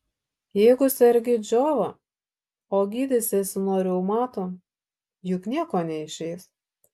jeigu sergi džiova o gydysiesi nuo reumato juk nieko neišeis